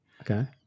Okay